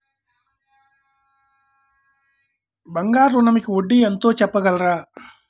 బంగారు ఋణంకి వడ్డీ ఎంతో చెప్పగలరా?